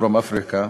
בדרום-אפריקה,